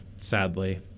sadly